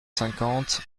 cinquante